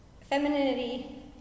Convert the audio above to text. Femininity